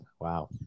Wow